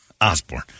Osborne